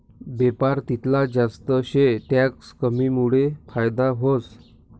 बेपार तितला जास्त शे टैक्स कमीमुडे फायदा व्हस